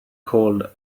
cold